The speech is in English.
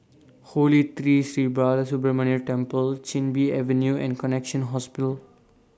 Holy Tree Sri Balasubramaniar Temple Chin Bee Avenue and Connexion Hospital